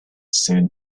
soon